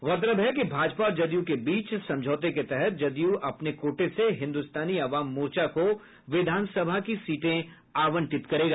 गौरतलब है कि भाजपा और जदयू के बीच समझौते के तहत जदयू अपने कोटे से हिन्दुस्तानी अवाम मोर्चा को विधानसभा सीटें आवंटित करेगा